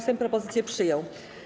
Sejm propozycję przyjął.